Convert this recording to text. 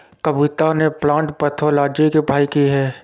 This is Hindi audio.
कविता ने प्लांट पैथोलॉजी की पढ़ाई की है